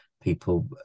people